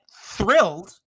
thrilled